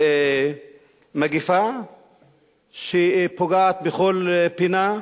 מגפה שפוגעת בכל פינה.